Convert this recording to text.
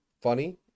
funny